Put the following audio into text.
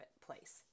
place